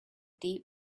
deep